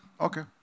Okay